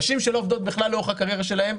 נשים שלא עובדות בכלל לאורך הקריירה שלהן,